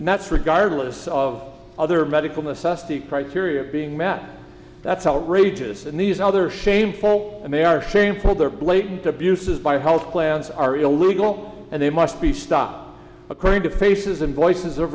that's regardless of other medical necessity criteria being met that's outrageous and these other shameful and they are shameful they're blatant abuses by health plans are illegal and they must be stopped according to faces and voices